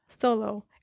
solo